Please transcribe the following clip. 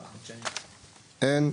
אין.